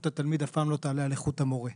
התלמיד אף פעם לא תעלה על איכות המורה.